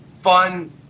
fun